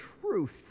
truth